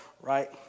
right